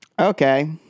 Okay